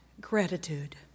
gratitude